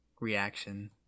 reaction